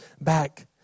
back